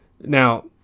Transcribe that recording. Now